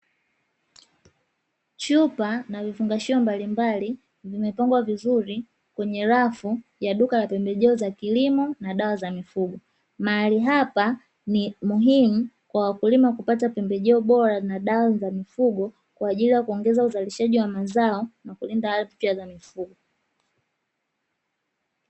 Chupa na vifungashio mbalimbali vimepangwa vizuri kwenye rafu ya duka la pembejeo za kilimo na dawa za mifugo. Mahali hapa ni muhimu kwa wakulima kupata pembejeo bora na dawa za mifugo kwa ajili ya kuongeza uzalishaji wa mazao na kulinda afya za mifugo.